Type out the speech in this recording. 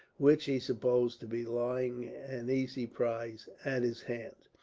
which he supposed to be lying an easy prize at his hands.